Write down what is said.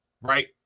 Right